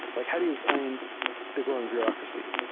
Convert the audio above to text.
like how do you explain the growing bureaucracy?